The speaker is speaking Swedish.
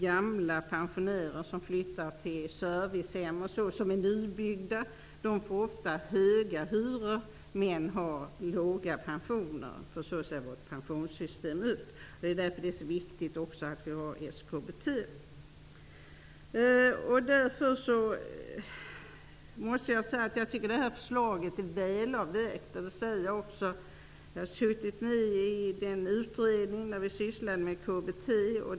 Gamla pensionärer som flyttar till nybyggda servicehus eller andra anläggningar får ofta höga hyror samtidigt som de har låga pensioner. Så ser vårt pensionssystem ut. Det är därför så viktigt att vi också har SKBT. Jag måste säga att jag tycker att förslaget är väl avvägt. Jag har suttit med i den utredning som arbetat med KBT-frågorna.